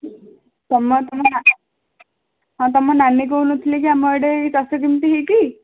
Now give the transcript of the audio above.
ତୁମ ତୁମ ହଁ ତୁମ ନାନୀ କହୁନଥିଲେ କି ଆମ ଆଡ଼େ ଏଇ ଚାଷ କେମିତି ହେଇଛି